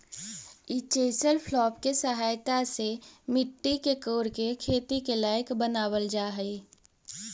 ई chisel plough के सहायता से मट्टी के कोड़के खेती के लायक बनावल जा हई